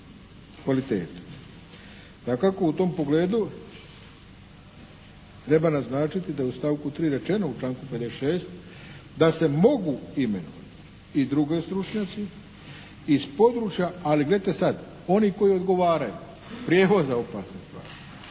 kvalitete. Dakako u tom pogledu treba naznačiti da je u stavku 3. rečeno u članku 56. da se mogu imenovati i drugi stručnjaci iz područja, ali gledajte sad, oni koji odgovaraju prijevoza opasnih tvari.